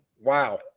wow